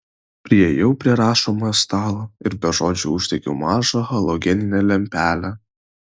priėjau prie rašomojo stalo ir be žodžių uždegiau mažą halogeninę lempelę